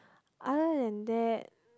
other than that